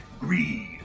greed